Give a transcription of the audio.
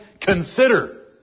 consider